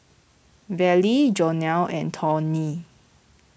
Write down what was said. Verlie Jonell and Tawny